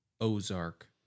Ozark